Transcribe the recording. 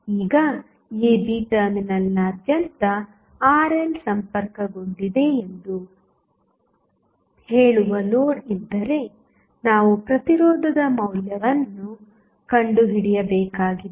ಈಗ ab ಟರ್ಮಿನಲ್ನಾದ್ಯಂತ RL ಸಂಪರ್ಕಗೊಂಡಿದೆ ಎಂದು ಹೇಳುವ ಲೋಡ್ ಇದ್ದರೆ ನಾವು ಪ್ರತಿರೋಧದ ಮೌಲ್ಯವನ್ನು ಕಂಡುಹಿಡಿಯಬೇಕಾಗಿದೆ